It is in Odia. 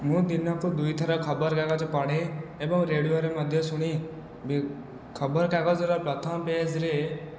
ମୁଁ ଦିନକୁ ଦୁଇ ଥର ଖବର କାଗଜ ପଢ଼େ ଏବଂ ରେଡିଓରେ ମଧ୍ୟ ଶୁଣେ ଖବର କାଗଜର ପ୍ରଥମ ପେଜରେ